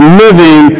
living